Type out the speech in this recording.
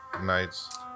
nights